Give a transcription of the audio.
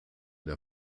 der